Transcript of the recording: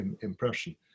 impression